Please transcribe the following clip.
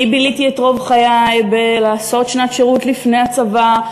אני ביליתי את רוב חיי בלעשות שנת שירות לפני הצבא,